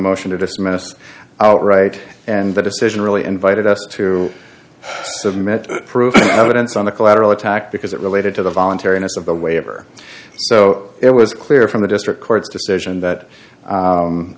motion to dismiss outright and the decision really invited us to submit proof evidence on the collateral attack because it related to the voluntariness of the waiver so it was clear from the district court's decision that